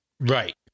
Right